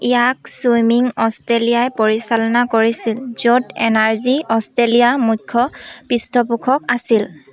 ইয়াক ছুইমিং অষ্ট্ৰেলিয়াই পৰিচালনা কৰিছিল য'ত এনাৰ্জি অষ্ট্ৰেলিয়া মুখ্য পৃষ্ঠপোষক আছিল